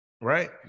right